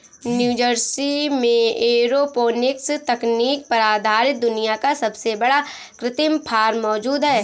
New Jersey में aeroponics तकनीक पर आधारित दुनिया का सबसे बड़ा कृत्रिम फार्म मौजूद है